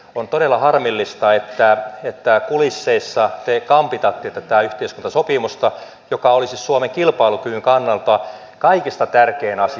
on todella harmillista että kulisseissa te kampitatte tätä yhteiskuntasopimusta joka olisi suomen kilpailukyvyn kannalta kaikkein tärkein asia